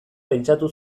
pentsatu